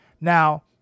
now